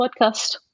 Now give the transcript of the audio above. podcast